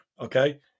Okay